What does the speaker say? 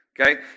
Okay